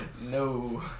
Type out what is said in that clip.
No